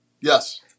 Yes